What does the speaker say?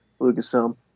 lucasfilm